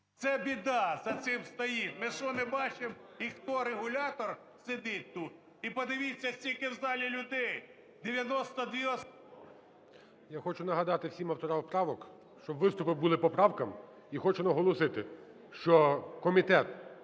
це біда за цим стоїть, ми що, не бачимо і хто регулятор сидить тут. І подивіться, скільки в залі людей – 92 особи. ГОЛОВУЮЧИЙ. Я хочу нагадати всім авторам правок, щоб виступи були по правках. І хочу наголосити, що комітет